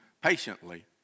patiently